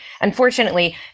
unfortunately